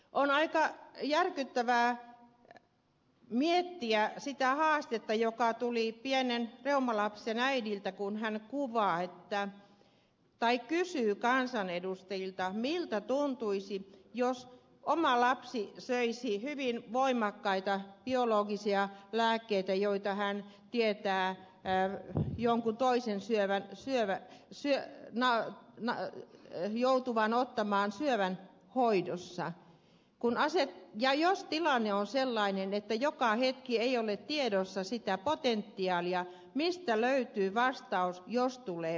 on aika järkyttävää miettiä sitä haastetta joka tuli pienen reumalapsen äidiltä kun hän kysyy kansanedustajilta miltä tuntuisi jos oma lapsi söisi hyvin voimakkaita biologisia lääkkeitä joita hän tietää jonkun toisen syömään siellä se enää näytä joutuvan ottamaan syövän hoidossa ja jos tilanne on sellainen että joka hetki ei ole tiedossa sitä potentiaalia mistä löytyy vastaus jos tulee pulmia